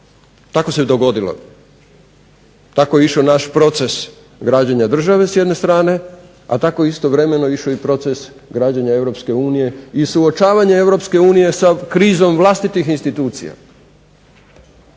Tako se dogodilo, tako je išao naš proces građenja države s jedne strane, a tako je istovremeno išao i proces građenja Europske unije i suočavanje Europske unije sa krizom vlastitih institucija.